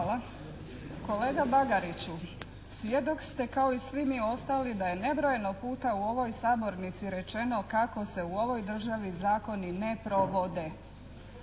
Hvala. Kolega Bagariću! Svjedok ste kao i svi mi ostali da je nebrojeno puta u ovoj sabornici rečeno kako se u ovoj državi zakoni ne provode.